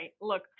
look